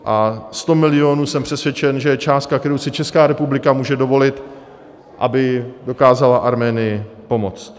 A 100 milionů, jsem přesvědčen, je částka, kterou si Česká republika může dovolit, aby dokázala Arménii pomoct.